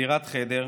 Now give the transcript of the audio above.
בדירת חדר,